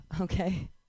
okay